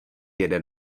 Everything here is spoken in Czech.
jeden